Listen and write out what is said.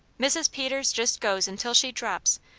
mrs. peters just goes until she drops,